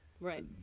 right